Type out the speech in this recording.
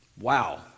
Wow